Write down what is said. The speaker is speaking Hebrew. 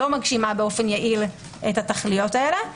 לא מגשימה באופן יעיל את התכליות האלה.